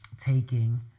taking